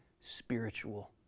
spiritual